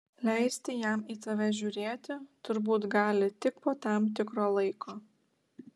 leisti jam į tave žiūrėti turbūt gali tik po tam tikro laiko